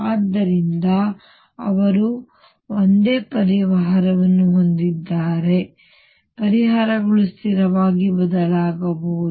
ಆದ್ದರಿಂದ ಅವರು ಒಂದೇ ಪರಿಹಾರವನ್ನು ಹೊಂದಿದ್ದಾರೆ ಮತ್ತು ಆದ್ದರಿಂದ ಪರಿಹಾರಗಳು ಸ್ಥಿರವಾಗಿ ಬದಲಾಗಬಹುದು